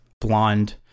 blonde